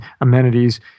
amenities